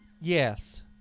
yes